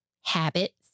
habits